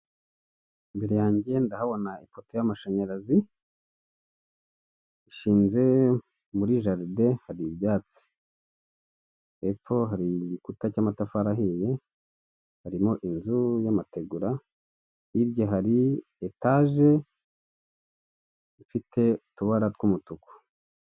Imbere yanjye ndahabona ifoto y'amashanyarazi ishinze muri jaride hari ibyatsi hepfo hari igikuta cy'amatafari ahiye harimo inzu y'amategura hirya hari etage ifite utubara tw'umutuku.